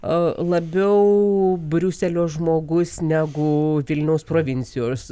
a labiau briuselio žmogus negu vilniaus provincijos